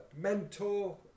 mentor